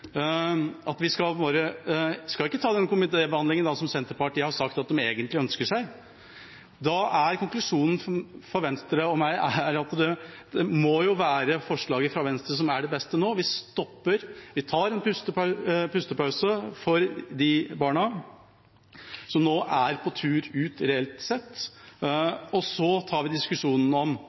ikke skal ta den komitébehandlingen som Senterpartiet har sagt at de egentlig ønsker seg. Da er konklusjonen for Venstre og meg at det må være forslaget fra Venstre som er det beste nå – at vi stopper, vi tar en pustepause for de barna som nå er på tur ut, reelt sett, og så tar vi diskusjonen om